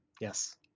Yes